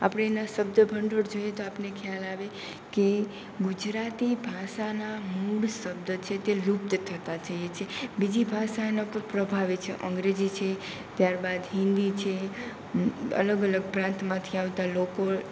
આપણે એના શબ્દભંડોળ જોઈએ તો આપણને ખ્યાલ આવે કે ગુજરાતી ભાષાના મૂળ શબ્દ છે તે લુપ્ત થતાં જઈએ છે બીજી ભાષાના કોઈ પ્રભાવે છે અંગ્રેજી છે ત્યારબાદ હિન્દી છે અલગ અલગ પ્રાંતમાંથી આવતા લોકો